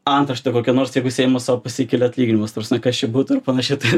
antraštė kokia nors jeigu seimas sau pasikelia atlyginimus ta prasme kas čia būtų ir panašiai tai